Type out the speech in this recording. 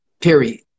period